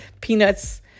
peanuts